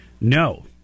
No